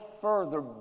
further